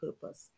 purpose